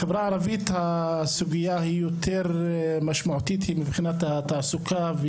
בחברה הערבית הסוגיה היותר משמעותית היא מבחינת התעסוקה.